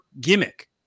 gimmick